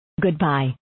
Goodbye